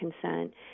consent